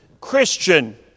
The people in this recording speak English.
Christian